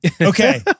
okay